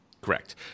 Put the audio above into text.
Correct